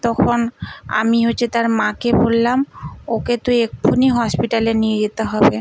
তখন আমি হচ্ছে তার মাকে বললাম ওকে তো এক্ষুণি হসপিটালে নিয়ে যেতে হবে